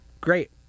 great